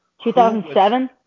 2007